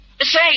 Say